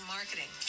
Marketing